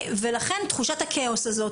ולכן תחושת הכאוס הזאת,